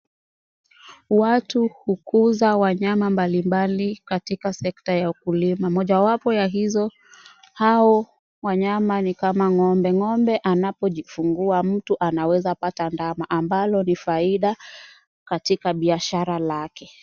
Watu hukuza wanyama mbalimbali katika sekta ya ukulima. Moja wapo ya hizo hao wanyama ni ng'ombe. Ng'ombe anapojifungua mtu hupata ndama ambalo ni faida katika biashara lake.